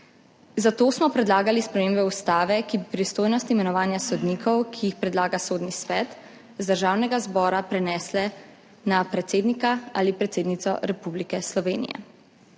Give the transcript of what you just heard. zato smo predlagali spremembe ustave, ki bi pristojnost imenovanja sodnikov, ki jih predlaga Sodni svet, z Državnega zbora prenesle na predsednika ali predsednico Republike Slovenije.